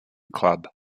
club